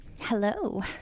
Hello